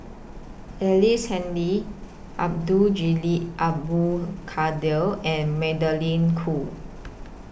Ellice Handy Abdul Jalil Abdul Kadir and Magdalene Khoo